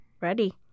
Ready